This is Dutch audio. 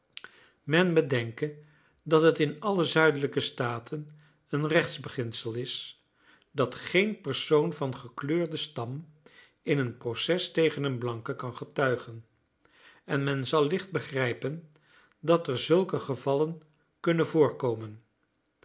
men bedenke dat het in alle zuidelijke staten een rechtsbeginsel is dat geen persoon van gekleurden stam in een proces tegen een blanke kan getuigen en men zal licht begrijpen dat er zulke gevallen kunnen voorkomen